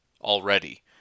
already